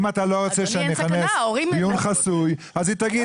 אם אתה לא רוצה שאני אכנס דיון חסוי אז היא תגיד